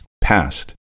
Past